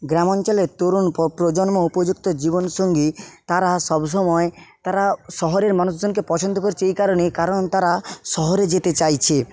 গ্রামাঞ্চলে তরুণ প্রজন্ম উপযুক্ত জীবনসঙ্গী তারা সবসময় তারা শহরের মানুষজনকে পছন্দ করছে এই কারণেই কারণ তারা শহরে যেতে চাইছে